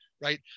right